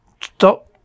stop